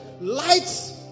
lights